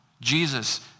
Jesus